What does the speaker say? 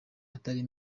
atari